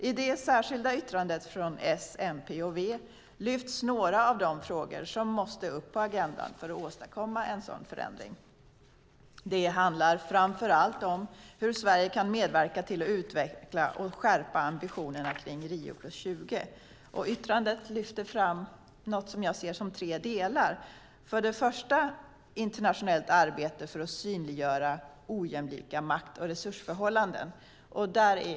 I det särskilda yttrandet från S, MP och V lyfts några av de frågor som måste upp på agendan för att åstadkomma en sådan förändring. Det handlar framför allt om hur Sverige kan medverka till att utveckla och skärpa ambitionerna kring Rio + 20. Yttrandet lyfter fram tre delar. För det första handlar det om internationellt arbete för att synliggöra ojämlika makt och resursförhållanden.